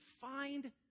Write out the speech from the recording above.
find